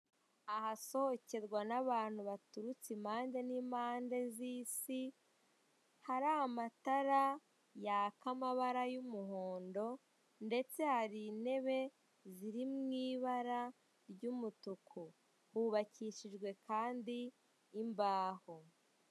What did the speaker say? Ahasohokerwa n'abantu baturutse impande n'impande z'isi, hari amatara yaka amabara y'umuhondo ndetse hari intebe ziri mu ibara ry'umutuku, hubakishijwe kandi imbaho.